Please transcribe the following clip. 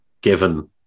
given